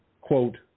quote